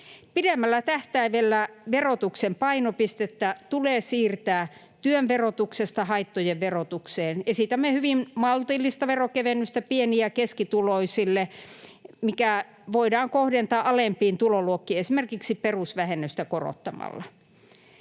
Pidemmällä tähtäimellä verotuksen painopistettä tulee siirtää työn verotuksesta haittojen verotukseen. Esitämme hyvin maltillista veronkevennystä pieni- ja keskituloisille, mikä voidaan kohdentaa alempiin tuloluokkiin esimerkiksi perusvähennystä korottamalla.